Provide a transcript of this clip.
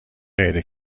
غیر